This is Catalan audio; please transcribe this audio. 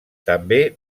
també